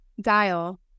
dial